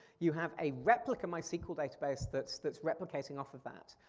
you have a replica mysql database that's that's replicating off of that.